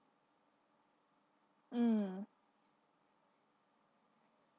mm